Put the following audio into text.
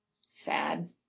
Sad